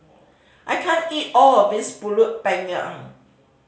I can't eat all of this Pulut Panggang